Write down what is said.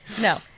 no